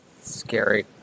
Scary